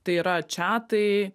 tai yra čiatai